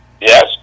Yes